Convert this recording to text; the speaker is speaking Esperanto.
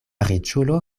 riĉulo